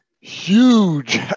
huge